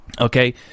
Okay